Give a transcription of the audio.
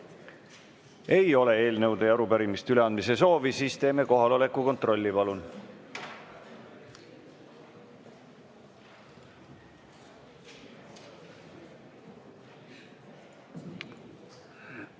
Ei ole eelnõude ja arupärimiste üleandmise soovi. Siis teeme kohaloleku kontrolli. Palun!